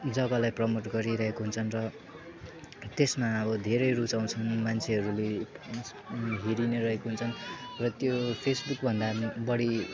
जग्गालाई प्रमोट गरिरहेको हुन्छन् र त्यसमा अब धेरै रुचाउँछन् मान्छेहरूले हेरी नै रहेको हुन्छन् र त्यो फेसबुकभन्दा नि बढी